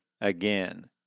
again